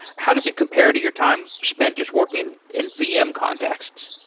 how does it compare to your time spent just working in vm contexts?